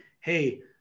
hey